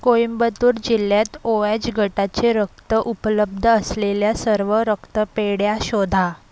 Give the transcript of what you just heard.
कोइंबतूर जिल्ह्यात O H गटाचे रक्त उपलब्ध असलेल्या सर्व रक्तपेढ्या शोधा